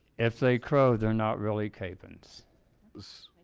if they crow, they're not really caving this this